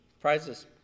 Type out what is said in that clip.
Prizes